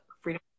freedom